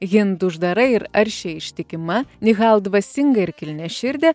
hind uždara ir aršiai ištikima nihal dvasinga ir kilniaširdė